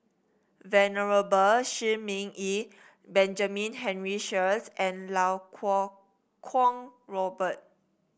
Venerable Shi Ming Yi Benjamin Henry Sheares and Iau Kuo Kwong Robert